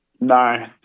No